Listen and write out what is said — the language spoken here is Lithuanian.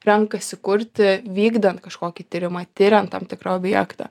renkasi kurti vykdant kažkokį tyrimą tiriant tam tikrą objektą